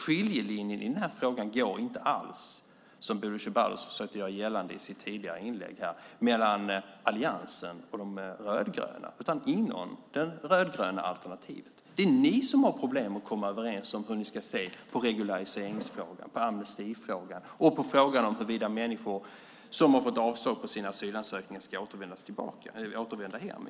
Skiljelinjen i den här frågan går inte alls, som Bodil Ceballos försökte göra gällande i sitt tidigare inlägg, mellan Alliansen och De rödgröna utan inom det rödgröna alternativet. Det är ni som har problem att komma överens om hur ni ska se på regulariseringsfrågan, på amnestifrågan och på frågan om huruvida människor som har fått avslag på sin asylansökan ska återvända hem.